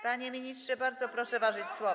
Panie ministrze, bardzo proszę ważyć słowa.